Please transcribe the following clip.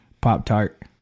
Pop-Tart